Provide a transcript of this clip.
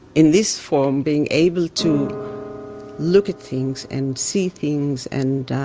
in this form, being able to look at things and see things and